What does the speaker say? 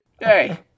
Hey